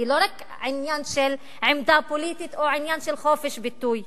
היא לא רק עניין של עמדה פוליטית או עניין של חופש ביטוי.